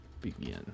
begin